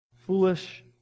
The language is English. Foolish